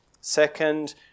Second